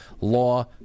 law